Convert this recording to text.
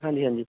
ਹਾਂਜੀ ਹਾਂਜੀ